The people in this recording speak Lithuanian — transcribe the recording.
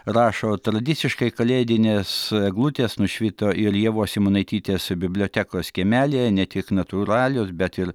rašo tradiciškai kalėdinės eglutės nušvito ir ievos simonaitytės bibliotekos kiemelyje ne tik natūralios bet ir